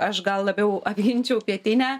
aš gal labiau apginčiau pietinę